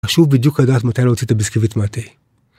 חשוב בדיוק לדעת מתי בדיוק להוציא את הביסקוויט מהתה